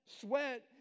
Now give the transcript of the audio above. sweat